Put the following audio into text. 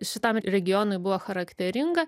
šitam regionui buvo charakteringa